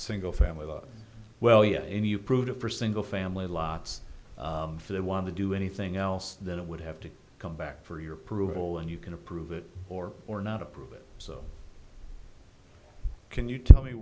single family law well yet any approved for single family lots for they want to do anything else that would have to come back for your approval and you can approve it or or not approve it so can you tell me